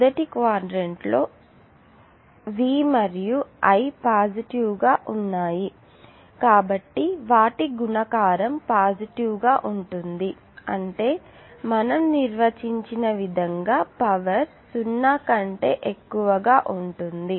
మొదటి క్వాడ్రంట్ లో V మరియు I రెండూ పాజిటివ్ గా ఉన్నాయి కాబట్టి వాటి గుణకారం పాజిటివ్ గా ఉంటుంది అంటే మనం నిర్వచించిన విధంగా పవర్ సున్నా కంటే ఎక్కువగా ఉంటుంది